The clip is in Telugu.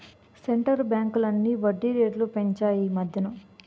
సెంటరు బ్యాంకులన్నీ వడ్డీ రేట్లు పెంచాయి ఈమధ్యన